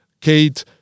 Kate